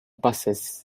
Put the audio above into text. buses